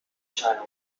child